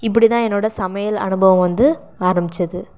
இப்படிதான் என்னோட சமையல் அனுபவம் வந்து ஆரம்பித்தது